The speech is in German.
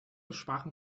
sprachen